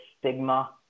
stigma